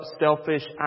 selfish